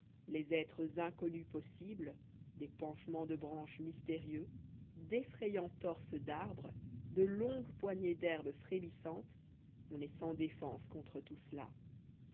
les êtres inconnus possibles des penchements de branches mystérieux d'effrayants torses d'arbres de longues poignées d'herbes frémissantes on est sans défense contre tout cela